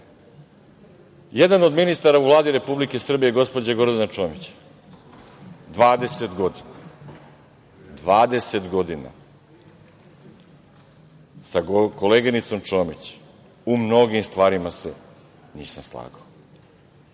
Jedan od ministara u Vladi Republike Srbije, gospođa Gordana Čomić, 20 godina sa koleginicom Čomić u mnogim stvarima se nisam slagao,